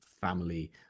family